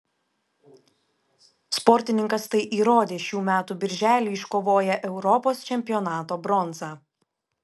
sportininkas tai įrodė šių metų birželį iškovoję europos čempionato bronzą